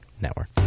Network